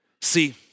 See